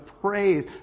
praise